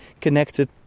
connected